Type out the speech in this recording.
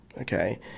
okay